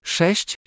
Sześć